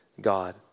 God